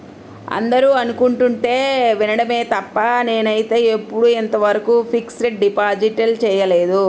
అందరూ అనుకుంటుంటే వినడమే తప్ప నేనైతే ఎప్పుడూ ఇంతవరకు ఫిక్స్డ్ డిపాజిట్ చేయలేదు